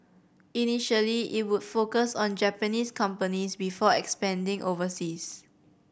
initially it would focus on Japanese companies before expanding overseas